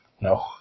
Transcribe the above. no